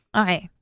okay